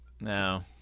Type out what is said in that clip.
No